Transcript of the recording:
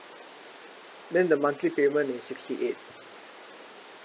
then the monthly payment is sixty eight